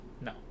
no